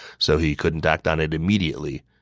so he couldn't act on it immediately.